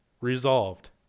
resolved